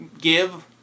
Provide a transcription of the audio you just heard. give